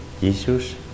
Jesus